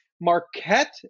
Marquette